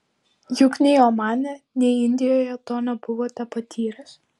juk nei omane nei indijoje to nebuvote patyręs